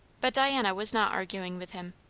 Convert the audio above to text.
but diana was not arguing with him.